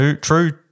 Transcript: true